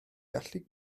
gallu